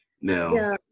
Now